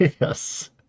yes